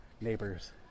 Neighbors